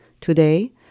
Today